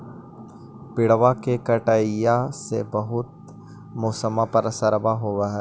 पेड़बा के कटईया से से बहुते मौसमा पर असरबा हो है?